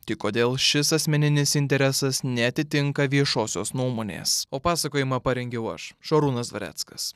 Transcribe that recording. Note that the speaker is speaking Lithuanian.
tik kodėl šis asmeninis interesas neatitinka viešosios nuomonės o pasakojimą parengiau aš šarūnas dvareckas